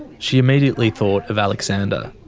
she immediately thought of alexander.